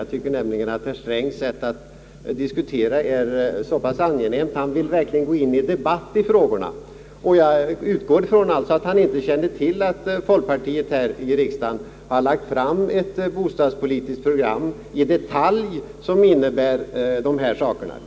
Jag tycker nämligen att herr Strängs sätt att diskutera är angenämt. Han vill gå in i debatt när det gäller de olika frågorna, och jag utgår alltså ifrån att han inte kände till att folkpartiet här i riksdagen lagt fram ett bostadspolitiskt program i detalj som innebär vad som här sagts.